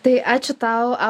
tai ačiū tau